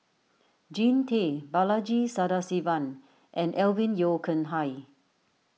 Jean Tay Balaji Sadasivan and Alvin Yeo Khirn Hai